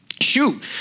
Shoot